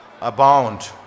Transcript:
abound